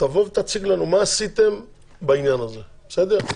תבוא ותציג לנו מה עשיתם בעניין הזה, בסדר?